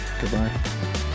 Goodbye